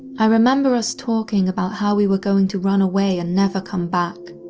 i remember us talking about how we were going to run away and never come back.